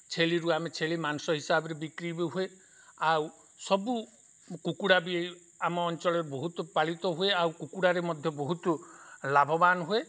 ଛେଳିରୁ ଆମେ ଛେଳି ମାଂସ ହିସାବରେ ବିକ୍ରି ବି ହୁଏ ଆଉ ସବୁ କୁକୁଡ଼ା ବି ଆମ ଅଞ୍ଚଳରେ ବହୁତ ପାଳିତ ହୁଏ ଆଉ କୁକୁଡ଼ାରେ ମଧ୍ୟ ବହୁତ ଲାଭବାନ ହୁଏ